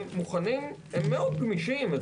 הם מאוד גמישים,